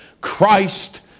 Christ